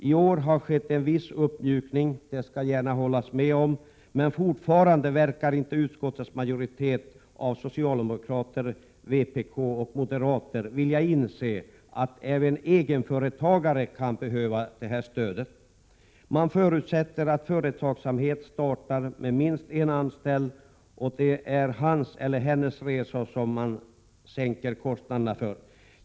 I år har skett en viss uppmjukning, det kan jag gärna hålla med om, men fortfarande verkar inte utskottets majoritet av socialdemokrater, vpk och moderater vilja inse att även egenföretagare kan behöva detta stöd. Man förutsätter att företagsamhet startar med minst en anställd och att det är hans eller hennes resor som man sänker kostnaderna för.